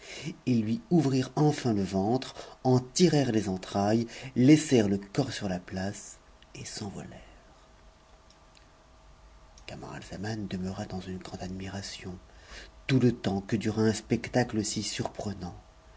meurtrier lui ouvrirent enfin le ventre en tirèrent les entraittcs laissèrent tf co sur la place et s'envolèrent camaralzaman demeura dans une grande admiration tout le te que dura un spectacle si surprenant